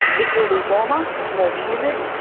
it will be warmer, more humid,